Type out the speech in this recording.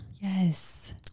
yes